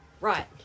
right